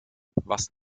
was